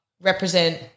represent